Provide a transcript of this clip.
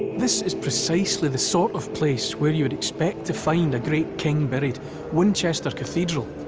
this is precisely the sort of place where you would expect to find a great king buried winchester cathedral.